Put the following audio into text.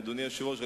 אדוני היושב-ראש,